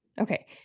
Okay